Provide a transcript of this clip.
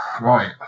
Right